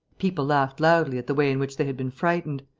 people laughed loudly at the way in which they had been frightened,